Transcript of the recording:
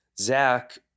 Zach